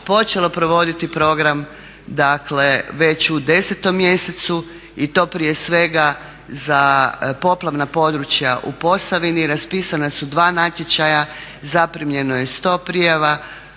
počelo provoditi program dakle već u 10. mjesecu i to prije svega za poplavna područja u Posavini. Raspisana su dva natječaja, zaprimljeno je 100 prijava,